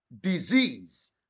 disease